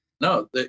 No